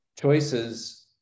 choices